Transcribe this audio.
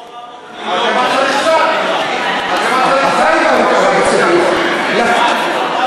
הועברו 400 מיליון בשנה שעברה,